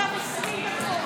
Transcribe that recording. חינוך פיננסי),